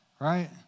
right